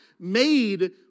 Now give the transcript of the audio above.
made